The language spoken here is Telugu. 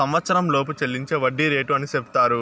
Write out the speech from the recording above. సంవచ్చరంలోపు చెల్లించే వడ్డీ రేటు అని సెపుతారు